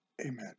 amen